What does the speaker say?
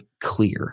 clear